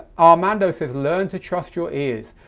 armando says learn to trust your ears.